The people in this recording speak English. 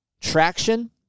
Traction